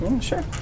Sure